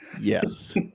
yes